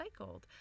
recycled